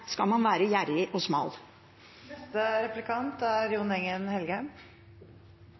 skal man være gjerrig og